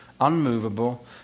unmovable